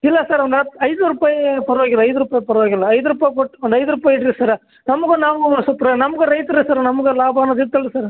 ಇಲ್ಲ ಸರ್ ಒಂದು ಹತ್ತು ಐದು ರೂಪಾಯಿ ಪರವಾಗಿಲ್ಲ ಐದು ರೂಪಾಯಿ ಪರವಾಗಿಲ್ಲ ಐದು ರೂಪಾಯಿ ಕೊಟ್ಟು ಒಂದು ಐದು ರೂಪಾಯಿ ಇಡಿರಿ ಸರ ನಮಗೂ ನಾವು ನಮಗೂ ರೈತರೇ ಸರ್ ನಮ್ಗೆ ಲಾಭ ಅನ್ನೋದು ಇತ್ತು ಅಲ್ಲ ರಿ ಸರ